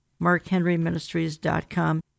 MarkHenryMinistries.com